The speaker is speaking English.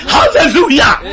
Hallelujah